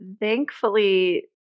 thankfully